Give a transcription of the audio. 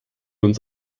uns